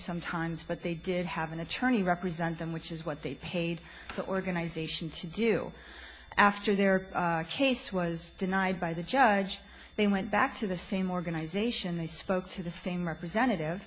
sometimes but they did have an attorney represent them which is what they paid the organization to do after their case was denied by the judge they went back to the same organization i spoke to the same representative